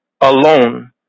alone